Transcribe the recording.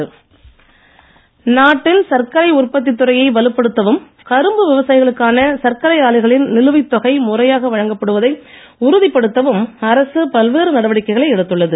கரும்பு நாட்டின் சர்க்கரை உற்பத்தி துறையை வலுப்படுத்தவும் கரும்பு விவசாயிகளுக்கான சர்க்கரை ஆலைகளின் நிலுவைத் தொகை முறையாக வழங்கப்படுவதை உறுதிப் படுத்தவும் அரசு பல்வேறு நடவடிக்கைகளை எடுத்துள்ளது